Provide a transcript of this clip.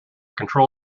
control